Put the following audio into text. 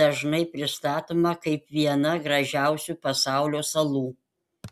dažnai pristatoma kaip viena gražiausių pasaulio salų